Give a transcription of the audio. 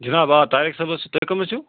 جِناب آ طاریق صٲبَس سۭتۍ تُہۍ کٕم حظ چھُو